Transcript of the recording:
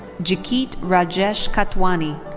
jikeet rajesh khatwani.